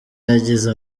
yagize